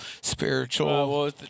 spiritual